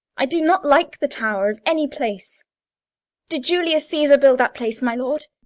i do not like the tower, of any place did julius caesar build that place, my lord?